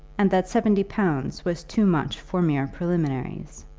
and that seventy pounds was too much for mere preliminaries.